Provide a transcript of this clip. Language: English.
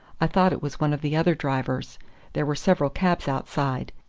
i thought it was one of the other drivers there were several cabs outside.